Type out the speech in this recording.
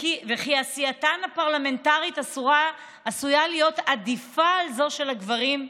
וכי עשייתן הפרלמנטרית עשויה להיות עדיפה על זאת של הגברים.